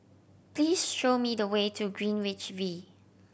please show me the way to Greenwich V